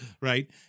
Right